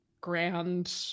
grand